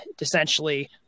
essentially